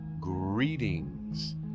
Greetings